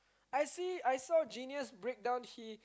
I see I saw genius breakdown he